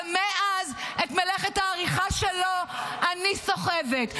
ומאז את מלאכת העריכה שלו אני סוחבת.